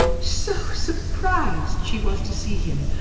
so surprised she was to see him,